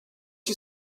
you